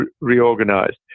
reorganized